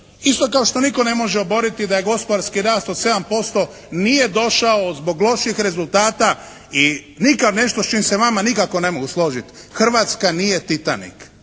Isto kao što nitko ne može oboriti da je gospodarski rast od 7% nije došao zbog lošijih rezultata i nikad nešto s čim se vama nikako ne mogu složit, Hrvatska nije Titanik